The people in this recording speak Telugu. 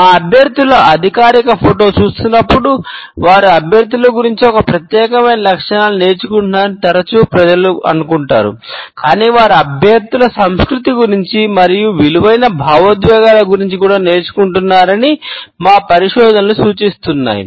మా అభ్యర్థుల అధికారిక ఫోటోను చూస్తున్నప్పుడు వారు అభ్యర్థుల గురించి ఒక ప్రత్యేకమైన లక్షణాలను నేర్చుకుంటున్నారని తరచుగా ప్రజలు అనుకుంటారు కాని వారు అభ్యర్థుల సంస్కృతి గురించి మరియు విలువైన భావోద్వేగాల గురించి కూడా నేర్చుకుంటున్నారని మా పరిశోధనలు సూచిస్తున్నాయి